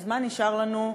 אז מה נשאר לנו?